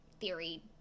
theory